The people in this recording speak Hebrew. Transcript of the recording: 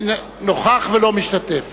אינו משתתף